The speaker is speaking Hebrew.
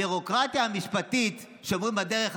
יש ביורוקרטיה משפטית שעוברים בדרך: